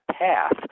path